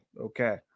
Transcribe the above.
Okay